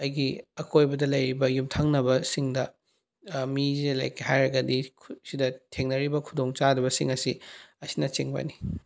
ꯑꯩꯒꯤ ꯑꯀꯣꯏꯕꯗ ꯂꯩꯔꯤꯕ ꯌꯨꯝꯊꯪꯅꯕꯁꯤꯡꯗ ꯃꯤꯁꯦ ꯂꯩꯒꯦ ꯍꯥꯏꯔꯒꯗꯤ ꯁꯤꯗ ꯊꯦꯡꯅꯔꯤꯕ ꯈꯨꯗꯣꯡ ꯆꯥꯗꯕꯁꯤꯡ ꯑꯁꯤ ꯑꯁꯤꯅꯆꯤꯡꯕꯅꯤ